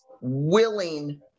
willing